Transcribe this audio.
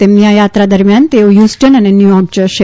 તેમની આ યાત્રા દરમ્યાન તેઓ હ્યુસ્ટન અને ન્યુચોક જશે